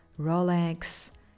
Rolex